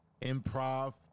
improv